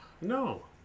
No